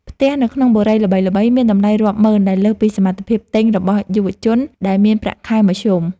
ផ្ទះនៅក្នុងបុរីល្បីៗមានតម្លៃរាប់ម៉ឺនដែលលើសពីសមត្ថភាពទិញរបស់យុវជនដែលមានប្រាក់ខែមធ្យម។